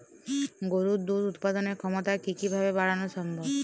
গরুর দুধ উৎপাদনের ক্ষমতা কি কি ভাবে বাড়ানো সম্ভব?